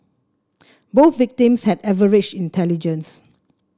both victims had average intelligence